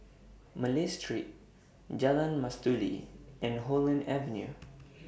Malay Street Jalan Mastuli and Holland Avenue